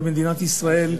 על מדינת ישראל,